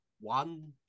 one